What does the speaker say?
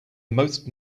most